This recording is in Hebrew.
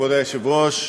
כבוד היושב-ראש,